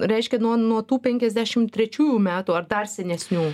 reiškia nuo nuo tų penkiasdešim trečiųjų metų ar dar senesnių